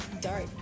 dark